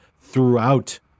throughout